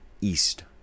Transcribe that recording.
East